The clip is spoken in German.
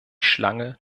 schlange